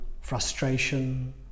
frustration